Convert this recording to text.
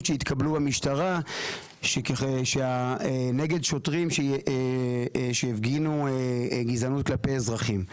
שהתקבלו במשטרה נגד שוטרים שהפגינו גזענות כלפי אזרחים.